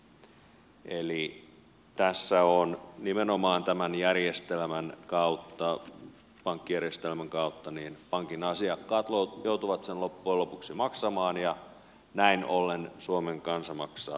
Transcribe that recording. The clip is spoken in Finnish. eli tässä nimenomaan tämän järjestelmän kautta pankkijärjestelmän kautta pankin asiakkaat joutuvat sen loppujen lopuksi maksamaan ja näin ollen suomen kansa maksaa taas